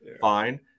Fine